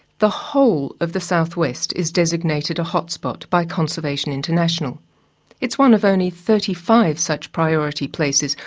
the whole of the southwest is designated a hotspot by conservation international it's one of only thirty-five such priority places,